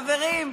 חברים,